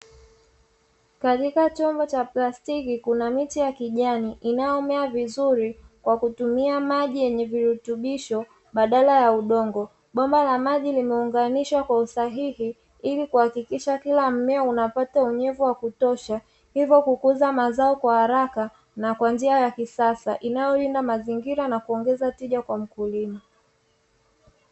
Katika chombo cha plastiki kuna miti ya kijani inayomea vizuri kwa kutumia maji yenye virutubisho badala ya udongo, bomba la maji limeunganishwa kwa usahihi; ili kuhakikisha kila mmea unapata unyevu wa kutosha hivyo kukuza mazao kwa haraka, na kwa njia ya kisasa inayolinda mazingira na kuongeza tija kwa mkulima.